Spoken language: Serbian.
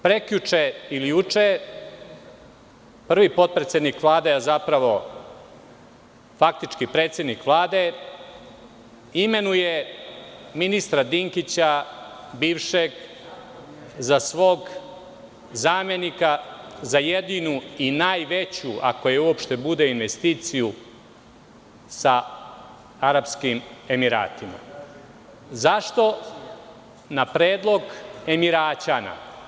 Priča dva, prekjuče ili juče, prvi potpredsednik Vlade, a zapravo faktički predsednik Vlade, imenuje ministra Dinkića bivšeg za svog zamenika za jedinu i najveću, ako je uopšte bude, investiciju sa Arapskim Emiratima, na predlog Emiraćana.